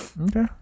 Okay